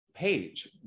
Page